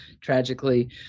tragically